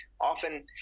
often